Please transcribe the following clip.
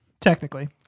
technically